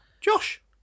Josh